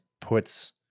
puts